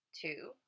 Two